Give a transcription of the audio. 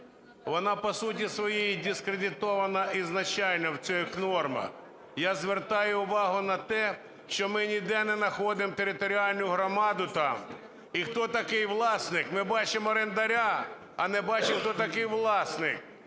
вона по суті своїй дискредитована ізначально в цих нормах. Я звертаю увагу на те, що ми ніде не находимо територіальну громаду там. і хто такий власник? Ми бачимо орендаря, а не бачимо, хто такий власник,